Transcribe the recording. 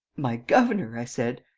my governor i said.